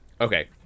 okay